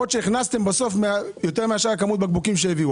יכול להיות שהכנסתם יותר מכמות הבקבוקים שהביאו.